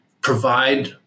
provide